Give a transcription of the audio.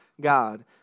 God